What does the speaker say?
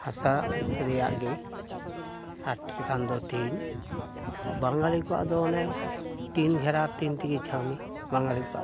ᱦᱟᱥᱟ ᱨᱮᱭᱟᱜ ᱜᱮ ᱟᱨ ᱪᱮᱛᱟᱱ ᱫᱚ ᱴᱤᱱ ᱵᱟᱝᱜᱟᱞᱤ ᱠᱚᱣᱟᱜ ᱫᱚ ᱚᱱᱮ ᱴᱤᱱ ᱜᱷᱮᱨᱟ ᱴᱤᱱ ᱛᱮᱜᱮ ᱪᱷᱟᱹᱣᱱᱤ ᱵᱟᱝᱜᱟᱞᱤ ᱠᱚᱣᱟᱜ ᱫᱚ